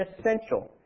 essential